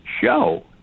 show